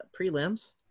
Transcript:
prelims